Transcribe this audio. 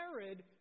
Herod